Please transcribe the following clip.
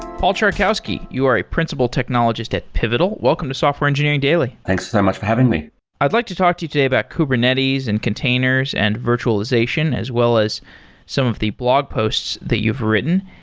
paul czarkowski, you are a principal technologist at pivotal. welcome to software engineering daily thanks so much for having me i'd like to talk to you today about kubernetes and containers and virtualization, as well as some of the blog posts that you've written.